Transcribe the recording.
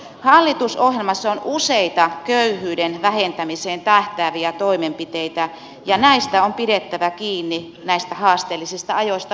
hallitusohjelmassa on useita köyhyyden vähentämiseen tähtääviä toimenpiteitä ja näistä on pidettävä kiinni näistä haasteellisista ajoista huolimatta